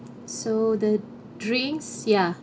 so the drinks ya